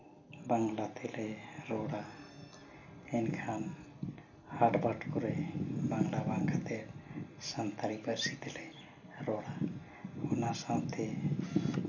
ᱵᱟᱝᱞᱟ ᱛᱮᱞᱮ ᱨᱚᱲᱟ ᱮᱱᱠᱷᱟᱱ ᱦᱟᱴᱼᱵᱟᱴ ᱠᱚᱨᱮ ᱵᱟᱝᱞᱟ ᱵᱟᱝ ᱠᱟᱛᱮ ᱥᱟᱱᱛᱟᱲᱤ ᱯᱟᱹᱨᱥᱤ ᱛᱮᱞᱮ ᱨᱚᱲᱟ ᱚᱱᱟ ᱥᱟᱶᱛᱮ